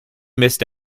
missed